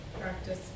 practice